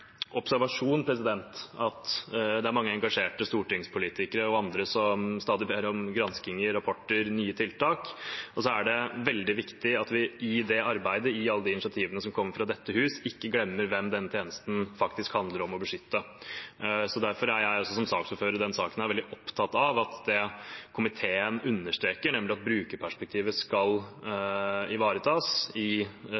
observasjon at det er mange engasjerte stortingspolitikere og andre som stadig ber om granskinger, rapporter, nye tiltak. Det er veldig viktig at vi i det arbeidet, i alle de initiativene som kommer fra dette hus, ikke glemmer hvem denne tjenesten faktisk handler om å beskytte. Derfor er jeg også som saksordfører i denne saken veldig opptatt av det komiteen understreker, nemlig at brukerperspektivet skal